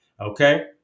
Okay